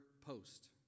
post